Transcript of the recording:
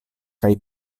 kaj